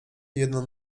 jedną